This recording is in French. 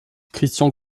christian